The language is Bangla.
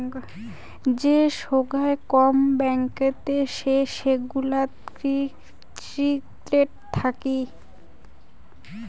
যে সোগায় কম ব্যাঙ্কতে সে সেগুলা সিক্রেট থাকি